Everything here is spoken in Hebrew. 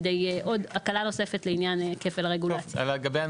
כהקלה נוספת לעניין כפל הרגולציה.